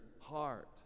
heart